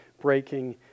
breaking